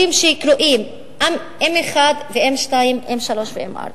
ונמצאת ברצף יבשתי עם מדינות העולם השלישי באפריקה.